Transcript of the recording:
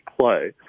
play